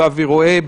אבי רואה,